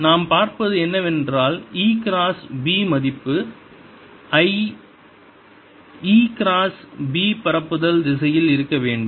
நாம் பார்ப்பது என்னவென்றால் E கிராஸ் B மதிப்பு I E கிராஸ் B பரப்புதல் திசையில் இருக்க வேண்டும்